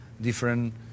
different